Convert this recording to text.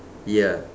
ya